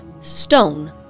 stone